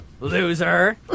Loser